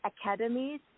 academies